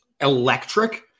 electric